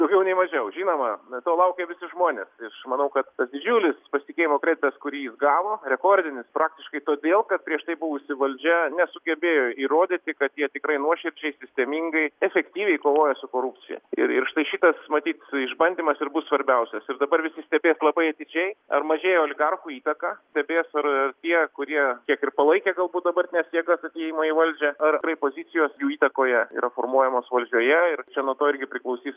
daugiau nei mažiau žinoma na to laukia visi žmonės ir aš manau kad tas didžiulis pasitikėjimo kreditas kurį jis gavo rekordinis praktiškai todėl kad prieš tai buvusi valdžia nesugebėjo įrodyti kad jie tikrai nuoširdžiai sistemingai efektyviai kovoja su korupcija ir ir štai šitas matyt išbandymas ir bus svarbiausias ir dabar visi stebės labai atidžiai ar mažėja oligarchų įtaka stebės ir tie kurie kiek ir palaikė galbūt dabartinės jėgos atėjimą į valdžią ar tikrai pozicijos jų įtakoje yra formuojamos valdžioje ir čia nuo to irgi priklausys